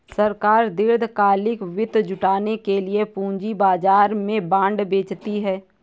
सरकार दीर्घकालिक वित्त जुटाने के लिए पूंजी बाजार में बॉन्ड बेचती है